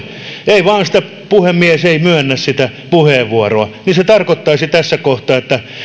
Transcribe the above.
ei vain puhemies myönnä sitä puheenvuoroa ja se tarkoittaisi tässä kohtaa että